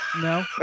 No